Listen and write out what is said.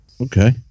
Okay